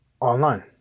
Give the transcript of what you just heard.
online